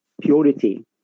purity